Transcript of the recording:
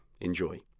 Enjoy